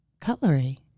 cutlery